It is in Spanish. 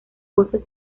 voces